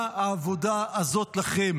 מה העבודה הזאת לכם?